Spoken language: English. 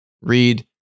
Read